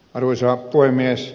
arvoisa puhemies